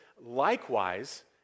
likewise